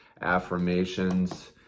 affirmations